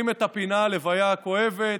ההלוויה כואבת,